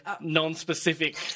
non-specific